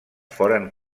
foren